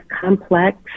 complex